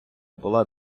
була